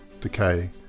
decay